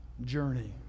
journey